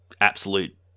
absolute